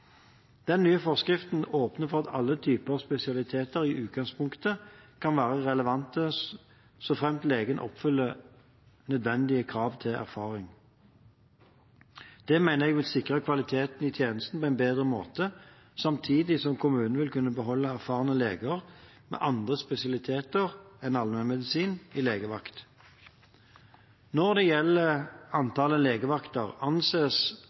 Den nye forskriften åpner for at alle typer spesialiteter i utgangspunktet kan være relevante, så fremt legen oppfyller nødvendige krav til erfaring. Dette mener jeg vil sikre kvaliteten i tjenesten på en bedre måte, samtidig som kommunen vil kunne beholde erfarne leger med andre spesialiteter enn allmennmedisin i legevakt. Når det gjelder antallet legevakter, anses